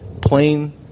Plain